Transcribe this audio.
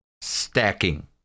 Stacking